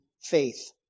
faith